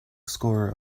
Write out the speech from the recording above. scorer